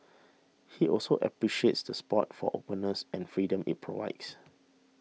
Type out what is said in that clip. he also appreciates the spot for openness and freedom it provides